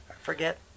forget